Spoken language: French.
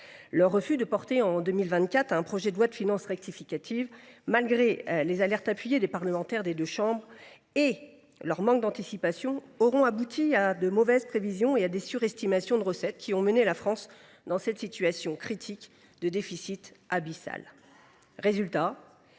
Leur refus de présenter un projet de loi de finances rectificative (PLFR) en 2024, malgré les alertes appuyées des parlementaires des deux chambres, et leur manque d’anticipation auront abouti à de mauvaises prévisions et à des surestimations de recettes qui ont mené la France dans cette situation critique de déficit abyssal.